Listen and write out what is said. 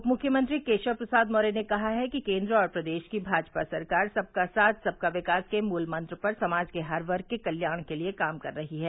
उप मुख्यमंत्री केशव प्रसाद मौर्य ने कहा है कि केन्द्र और प्रदेश की भाजपा सरकार सबका साथ सबका विकास के मूल मंत्र पर समाज के हर वर्ग के कल्याण के लिए काम कर रही है